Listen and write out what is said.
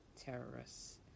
terrorists